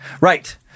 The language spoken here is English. Right